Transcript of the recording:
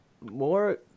more